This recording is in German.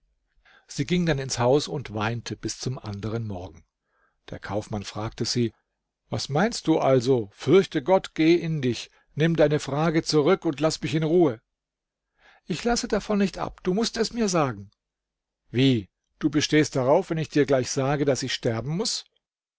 sie ging dann ins haus und weinte bis zum anderen morgen der kaufmann fragte sie was meinst du also fürchte gott geh in dich nimm deine frage zurück und laß mich in ruhe ich lasse davon nicht ab du mußt es mir sagen wie du bestehst darauf wenn ich dir gleich sage daß ich sterben muß